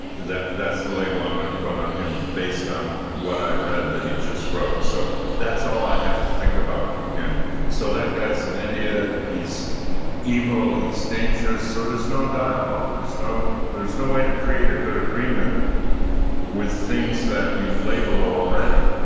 that's the label i'm going to put on him based on what i read that he just wrote, so that's all i have to think about, and so that guy's an idiot. he's evil. he's dangerous. so there's no dialogue. there's no there's no way to create a good agreement with things that you've labeled already